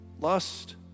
lust